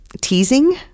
teasing